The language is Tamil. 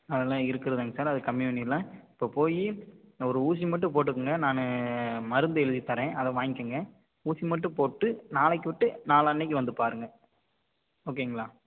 அதெல்லாம் இருக்கிறதுங்க சார் அது கம்மி பண்ணிடலாம் இப்போ போய் ஒரு ஊசி மட்டும் போட்டுக்கோங்க நான் மருந்து எழுதித்தரேன் அதை வாங்கிக்கோங்க ஊசி மட்டும் போட்டு நாளைக்கு விட்டு நாளான்னிக்கு வந்து பாருங்க ஓகேங்களா